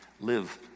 live